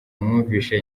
mwumvise